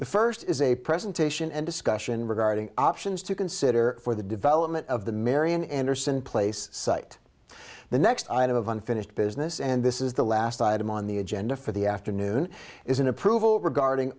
the first is a presentation and discussion regarding options to consider for the development of the marian anderson place site the next item of unfinished business and this is the last item on the agenda for the afternoon is an approval regarding